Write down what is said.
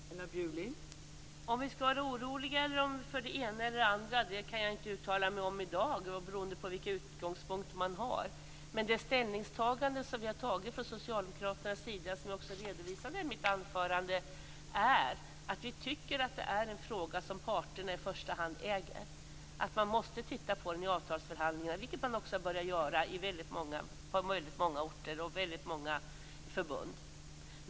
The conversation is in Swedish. Fru talman! Om vi skall vara oroliga för det ena eller det andra kan jag inte uttala mig om i dag; det beror ju på vilka utgångspunkter man har. Det ställningstagande som vi från socialdemokratisk sida har gjort och som jag redovisade i mitt anförande är att det här är en fråga som parterna i första hand äger. Man måste titta på den i avtalsförhandlingar, vilket man också har börjat göra på många orter och i många förbund.